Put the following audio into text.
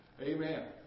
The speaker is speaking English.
Amen